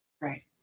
Right